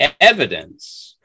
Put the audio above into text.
evidence